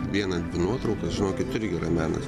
vieną nuotrauką žinokit irgi yra menas